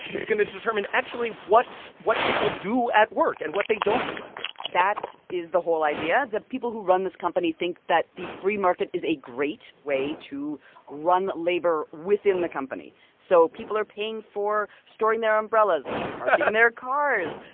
is going to determine actually what what people do at work and what they don't do at work that is the whole idea. the people who run this company think that the free market is a great way to run labor within the company. so people are paying for storing their umbrellas, parking their cars,